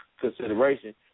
consideration